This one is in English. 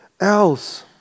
else